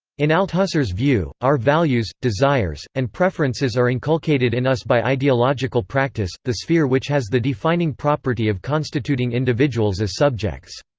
in althusser's view, our values, desires, and preferences are inculcated in us by ideological practice, the sphere which has the defining property of constituting individuals as subjects.